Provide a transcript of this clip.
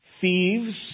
thieves